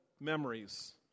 memories